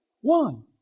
one